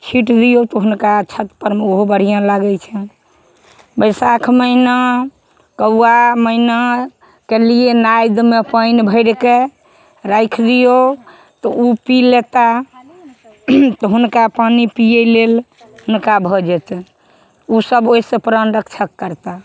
छीटि दिऔ तऽ हुनका छत परमे तऽ ओहो बढ़िऑं लागै छनि बैसाख महिना कौआ मयना केलिए नादिमे पानि भरिके राखि दिऔ तऽ ओ पी लेताह तऽ हुनका पानि पीयै लेल हुनका भऽ जेतनि ओ सब ओहिसॅं प्राण रक्षा करताह